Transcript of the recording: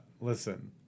Listen